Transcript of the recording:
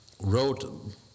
wrote